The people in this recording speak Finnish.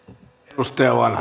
arvoisa